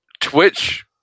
Twitch